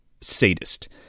sadist